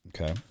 Okay